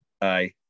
Aye